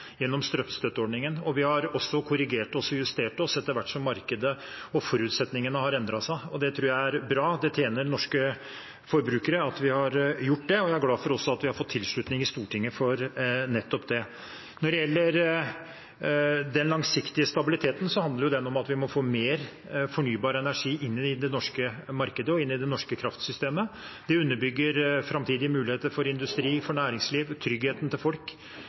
gjennom strømstøtteordningen, og vi har også korrigert oss og justert oss etter hvert som markedet og forutsetningene har endret seg. Det tror jeg er bra. Det tjener norske forbrukere at vi har gjort det, og jeg er glad for at vi også har fått tilslutning i Stortinget for nettopp det. Når det gjelder den langsiktige stabiliteten, handler det om at vi må få mer fornybar energi inn i det norske markedet og inn i det norske kraftsystemet. Det underbygger framtidige muligheter for industri, for næringsliv og for tryggheten til folk